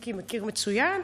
מיקי מכיר מצוין.